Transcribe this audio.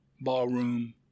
ballroom